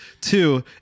Two